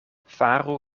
faru